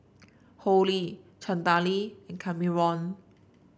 Hollie Chantelle and Kameron